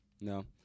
No